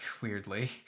weirdly